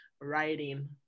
writing